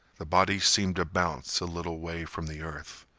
the body seemed to bounce a little way from the earth.